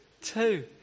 Two